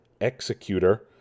Executor